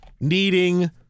needing